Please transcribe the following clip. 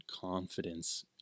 confidence